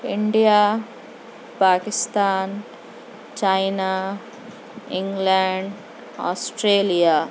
India Pakistan China England Australia